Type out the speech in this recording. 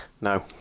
No